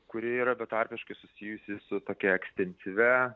kuri yra betarpiškai susijusi su tokia ekstensyvia